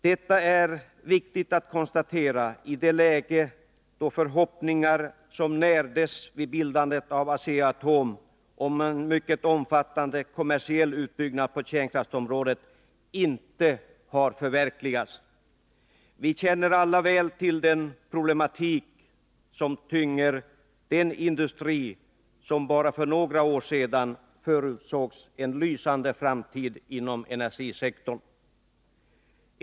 Detta är viktigt att konstatera i ett läge då förhoppningar som närdes vid bildandet av Asea-Atom om mycket omfattande kommersiell utbyggnad på kärnkraftområdet inte har förverkligats. Vi känner alla väl till den problematik som tynger den industri som bara för några år sedan förutsågs en lysande framtid inom energisektorn.